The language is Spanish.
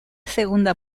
segunda